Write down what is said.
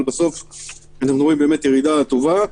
אבל רואים ירידה טובה.